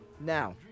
Now